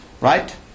Right